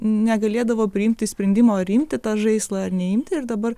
negalėdavo priimti sprendimo ar imti tą žaislą ar neimti ir dabar